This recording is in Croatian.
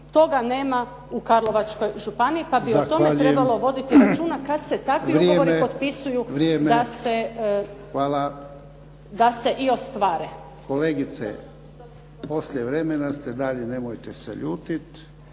toga nema u Karlovačkoj županiji pa bi o tome trebalo voditi računa kad se takvi ugovori potpisuju da se i ostvare. **Jarnjak, Ivan (HDZ)** Kolegice, poslije vremena ste dalje, nemojte se ljutiti.